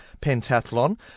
pentathlon